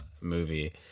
movie